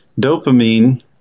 Dopamine